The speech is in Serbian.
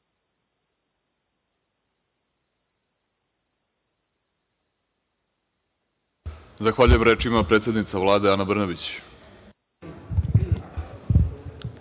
Zahvaljujem. Reč ima predsednica Vlade, Ana Brnabić.